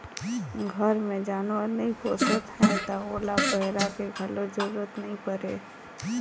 घर मे जानवर नइ पोसत हैं त ओला पैरा के घलो जरूरत नइ परे